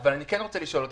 אבל אני כן רוצה לשאול אותך,